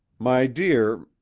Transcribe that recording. my dear,